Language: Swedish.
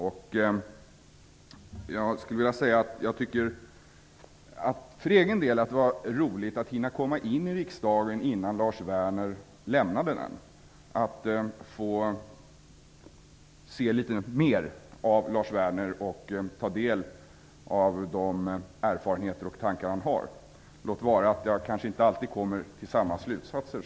För egen del tycker jag att det var roligt att hinna komma in i riksdagen innan Lars Werner lämnande den och få se litet mer av Lars Werner och ta del av de erfarenheter och tankar han har -- låt vara att jag kanske inte alltid kommer till samma slutsatser.